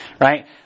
Right